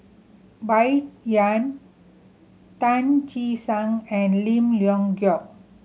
Bai Yan Tan Che Sang and Lim Leong Geok